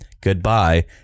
goodbye